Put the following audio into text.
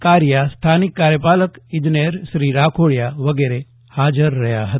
કારિયા સ્થાનિક કાર્યપાલક ઈજનેર શ્રી રાખોળિયા વગેરે હાજર રહ્યા હતા